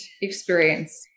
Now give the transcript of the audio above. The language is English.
experience